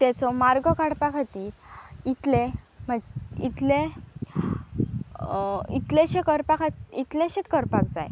तेचो मार्ग काडपा खातीर इतलें इतलें इतलेंशें करपा खातीर इतलेशेंच करपाक जाय